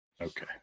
Okay